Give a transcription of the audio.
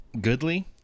goodly